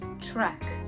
track